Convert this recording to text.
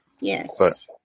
yes